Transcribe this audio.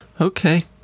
Okay